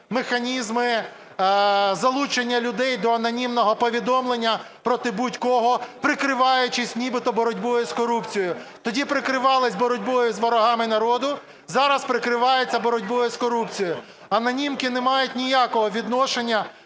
механізми залучення людей до анонімного повідомлення проти будь-кого, прикриваючись нібито боротьбою з корупцією. Тоді прикривались боротьбою з ворогами народу – зараз прикриваються боротьбою з корупцією. Анонімки не мають ніякого відношення